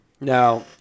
now